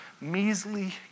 measly